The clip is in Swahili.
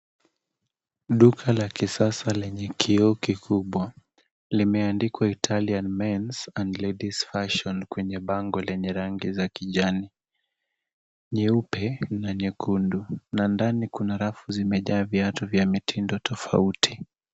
Duka la kisasa lenye kioo kikubwa. Limeandikwa Italian men and ladies fashion [cs ] kwenye bango lenye rangi za kijani, nyeupe na nyekundu na ndani kuna rafu zimejaa viatu vya mitindo tofauti.